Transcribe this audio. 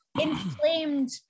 inflamed